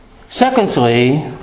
Secondly